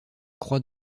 croix